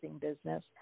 business